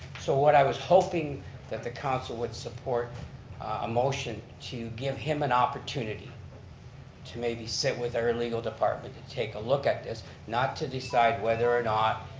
so what i was hoping that the council would support a motion to give him an opportunity to maybe sit with with our legal department to take a look at this. not to decide whether or not